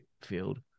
field